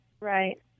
Right